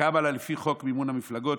שקמה לפי חוק מימון המפלגות,